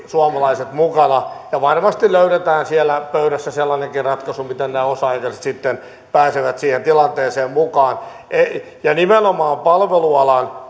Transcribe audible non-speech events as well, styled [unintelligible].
suomalaiset mukana varmasti löydetään siellä pöydässä sellainenkin ratkaisu miten nämä osa aikaiset sitten pääsevät siihen tilanteeseen mukaan nimenomaan palvelualan [unintelligible]